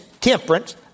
temperance